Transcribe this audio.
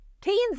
teens